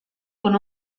con